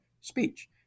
speech